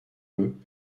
eux